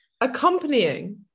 Accompanying